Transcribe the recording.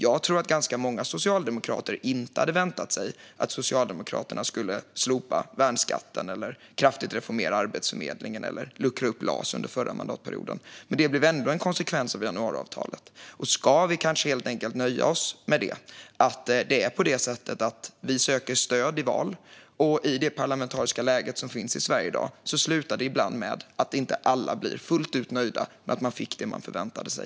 Jag tror att ganska många socialdemokrater inte hade väntat sig att Socialdemokraterna skulle slopa värnskatten, kraftigt reformera Arbetsförmedlingen eller luckra upp LAS under förra mandatperioden, men det blev ändå en konsekvens av januariavtalet. Ska vi kanske helt enkelt nöja oss med att vi söker stöd i val, och i det parlamentariska läge som finns i Sverige i dag slutar det ibland med att inte alla blir fullt ut nöjda och får det de hade väntat sig?